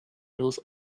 knows